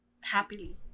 happily